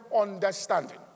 understanding